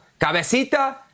Cabecita